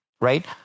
right